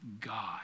God